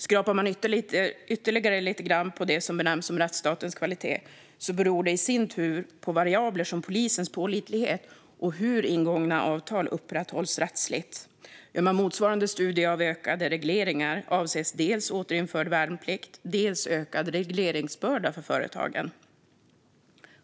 Skrapar man ytterligare lite grann på det som benämns som rättssystemets kvalitet ser man att det i sin tur beror på variabler som polisens pålitlighet och hur ingångna avtal upprätthålls rättsligt. Gör man motsvarande studie av ökade regleringar avses dels återinförd värnplikt, dels ökad regleringsbörda för företagen.